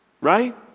Right